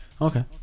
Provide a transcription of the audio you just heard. okay